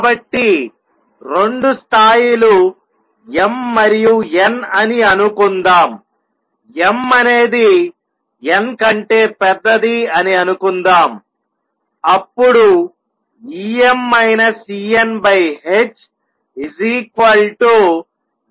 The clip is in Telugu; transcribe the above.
కాబట్టి రెండు స్థాయిలు m మరియు n అని అనుకుందాంm అనేది n కంటే పెద్దది అని అనుకుందాం అప్పుడు hmn